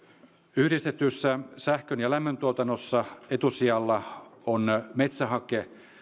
yhdistetyssä sähkön ja lämmöntuotannossa etusijalla ovat metsähake